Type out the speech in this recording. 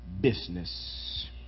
business